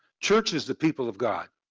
church is the people of god.